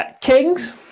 kings